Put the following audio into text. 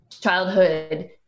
childhood